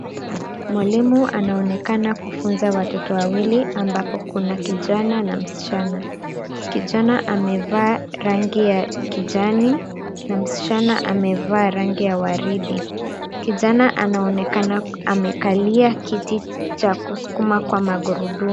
Mwalimu anonekana kufunza watoto wawili ambapo kuna kijana na msichana. Kijana amevaa rangi ya kijani na msichana amevaa rangi ya waridi. Kijana anaonekana amekalia kiti cha kusukuma kwa magurudumu.